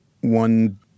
one